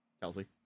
kelsey